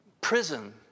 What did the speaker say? prison